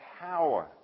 power